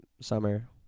summer